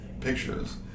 pictures